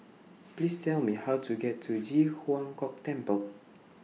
Please Tell Me How to get to Ji Huang Kok Temple